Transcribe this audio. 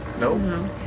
No